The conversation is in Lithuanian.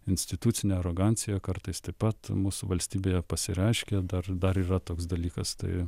institucinė arogancija kartais taip pat mūsų valstybėje pasireiškia dar dar yra toks dalykas tai